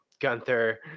Gunther